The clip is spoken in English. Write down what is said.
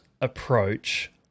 approach